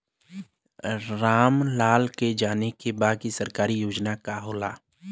राम लाल के जाने के बा की सरकारी योजना का होला?